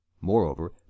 moreover